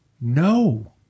No